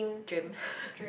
dream